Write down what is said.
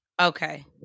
Okay